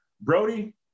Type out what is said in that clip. Brody